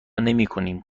نمیکنیم